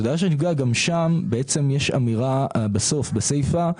גם שם יש אמירה בסיפא.